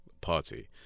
party